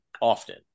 often